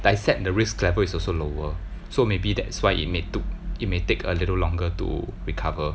dissect the risk level is also lower so maybe that's why it may took it may take a little longer to recover